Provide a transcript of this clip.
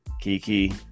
Kiki